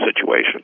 situation